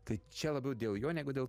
tai čia labiau dėl jo negu dėl